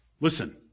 Listen